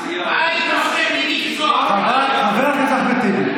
הפחד, מה היית עושה בלי, חבר הכנסת אחמד טיבי.